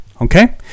okay